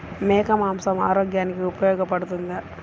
మేక మాంసం ఆరోగ్యానికి ఉపయోగపడుతుందా?